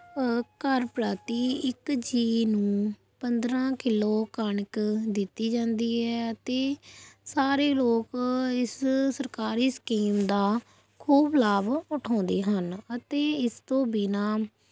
ਘਰ ਪ੍ਰਤੀ ਇੱਕ ਜੀਅ ਨੂੰ ਪੰਦਰਾਂ ਕਿੱਲੋ ਕਣਕ ਦਿੱਤੀ ਜਾਂਦੀ ਹੈ ਅਤੇ ਸਾਰੇ ਲੋਕ ਇਸ ਸਰਕਾਰੀ ਸਕੀਮ ਦਾ ਖੂਬ ਲਾਭ ਉਠਾਉਂਦੇ ਹਨ ਅਤੇ ਇਸ ਤੋਂ ਬਿਨਾਂ